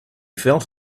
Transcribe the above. felt